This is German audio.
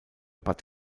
bad